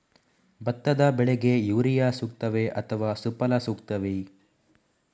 ಭತ್ತದ ಬೆಳೆಗೆ ಯೂರಿಯಾ ಸೂಕ್ತವೇ ಅಥವಾ ಸುಫಲ ಸೂಕ್ತವೇ?